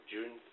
June